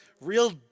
real